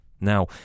Now